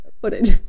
footage